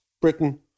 Britain